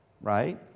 right